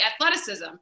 athleticism